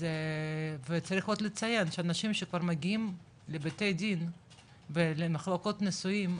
צריך גם לציין שאנשים שכבר מגיעים לבתי דין ולמחלקות נישואין,